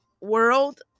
world